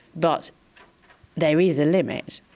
but there is a limit,